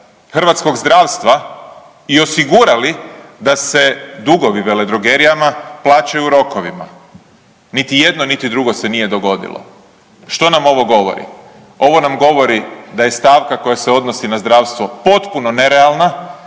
hrvatskog zdravstva i osigurali da se dugovi veledrogerijama plaćaju u rokovima? Niti jedno, niti drugo se nije dogodilo. Što nam ovo govori? Ovo nam govori da je stavka koja se odnosi na zdravstvo potpuno nerealna